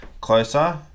closer